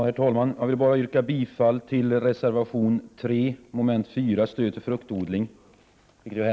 Herr talman! Jag vill bara yrka bifall till reservation 3 som gäller mom. 4, stöd till fruktodlingen.